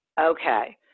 Okay